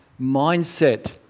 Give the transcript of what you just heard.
mindset